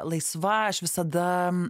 laisva aš visada